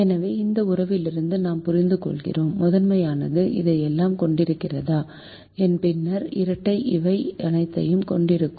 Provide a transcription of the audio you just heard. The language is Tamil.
எனவே இந்த உறவிலிருந்து நாம் புரிந்துகொள்கிறோம் முதன்மையானது இதையெல்லாம் கொண்டிருக்கிறதா பின்னர் இரட்டை இவை அனைத்தையும் கொண்டிருக்கும்